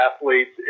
athletes